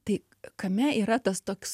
tai kame yra tas toks